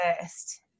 first